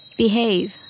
behave